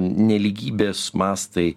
nelygybės mastai